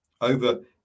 over